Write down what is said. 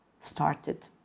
started